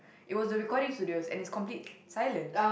it was a recording studio and it's complete silence